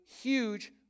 huge